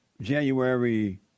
January